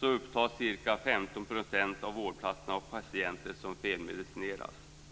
upptas ca 15 % av vårdplatserna av patienter som felmedicineras.